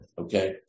Okay